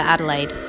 Adelaide